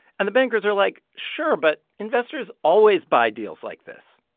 and the bankers are like, sure, but investors always buy deals like this.